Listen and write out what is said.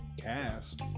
cast